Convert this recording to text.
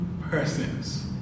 persons